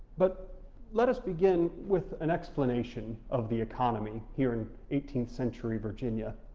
but let us begin with an explanation of the economy here in eighteenth century virginia.